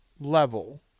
level